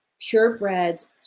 purebreds